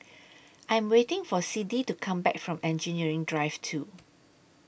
I Am waiting For Siddie to Come Back from Engineering Drive two